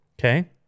Okay